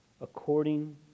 according